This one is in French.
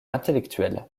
intellectuels